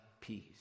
peace